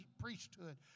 priesthood